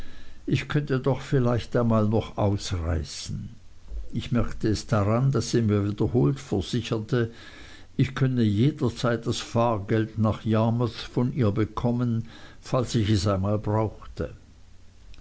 ich könnte doch vielleicht noch einmal ausreißen ich merkte es daran daß sie mir wiederholt versicherte ich könne jederzeit das fahrgeld nach yarmouth von ihr bekommen falls ich es einmal brauchte